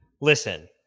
listen